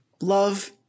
Love